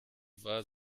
war